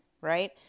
right